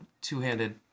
two-handed